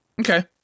Okay